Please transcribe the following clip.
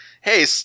hey